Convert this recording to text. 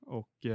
och